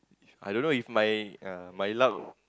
I don't know if my uh my luck